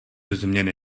změny